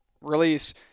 release